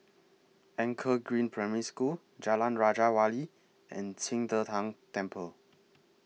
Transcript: Anchor Green Primary School Jalan Raja Wali and Qing De Tang Temple